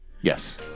Yes